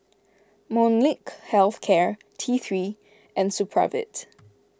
Molnylcke Health Care T three and Supravit